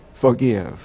forgive